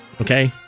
Okay